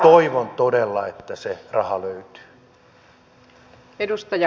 toivon todella että se raha löytyy